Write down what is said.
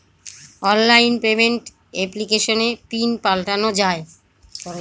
online payment এপ্লিকেশনে pin পাল্টানো যায়